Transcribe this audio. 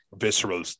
visceral